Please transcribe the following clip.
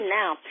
now